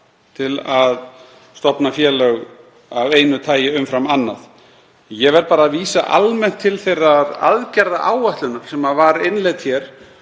til að stofna félög af einu tagi umfram annað. Ég verð bara að vísa almennt til þeirrar aðgerðaáætlunar sem var innleidd hér